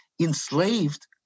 enslaved